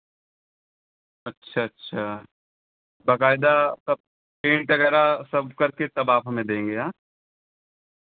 अच्छा अच्छा बकायदा सब पैंट वगैरह सब करके तब आप हमें देंगे हाँ